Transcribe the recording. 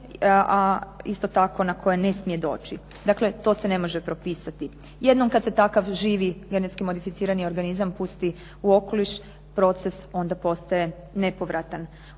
a isto tako na koje ne smije doći. Dakle to se ne može propisati. Jednom kad se takav živi genetski modificirani organizam pusti u okoliš, proces onda postaje nepovratan.